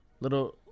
Little